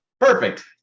Perfect